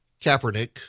Kaepernick